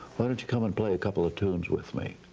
why don't you come and play a couple of tunes with me?